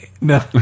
No